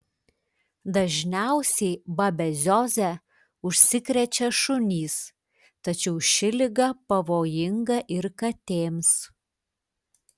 dažniausiai babezioze užsikrečia šunys tačiau ši liga pavojinga ir katėms